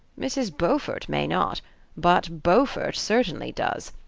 mrs. beaufort may not but beaufort certainly does,